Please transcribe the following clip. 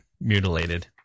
mutilated